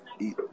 eat